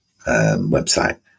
website